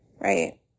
right